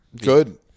Good